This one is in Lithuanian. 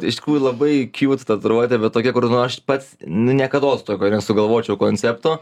iš tikrųjų labai kjūt tatiuruotė bet tokia kur aš pats nu niekados to nesugalvočiau koncepto